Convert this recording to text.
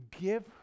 give